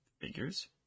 figures